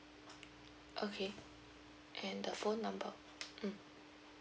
okay and the phone number mm